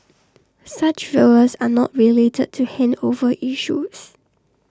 such failures are not related to handover issues